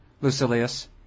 Lucilius